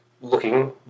looking